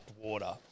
water